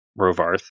Rovarth